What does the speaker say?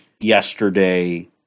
yesterday